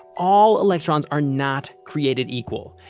all electrons are not created equal.